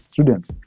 students